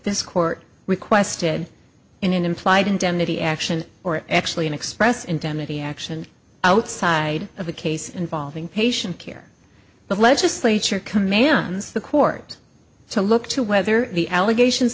this court requested in an implied indemnity action or actually an express indemnity action outside of a case involving patient care the legislature commands the court to look to whether the allegations